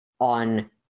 on